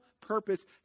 purpose